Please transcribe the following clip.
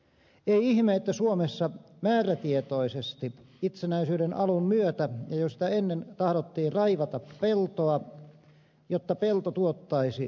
ei ihme että suomessa määrätietoisesti itsenäisyyden alun myötä ja jo sitä ennen tahdottiin raivata peltoa jotta pelto tuottaisi ruokaa